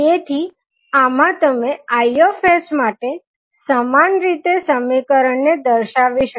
તેથી આમાં તમે I માટે સમાન રીતે સમીકરણને દર્શાવી શકો